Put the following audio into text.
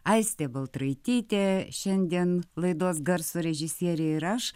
aistė baltraitytė šiandien laidos garso režisierė ir aš